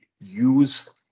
use